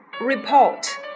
report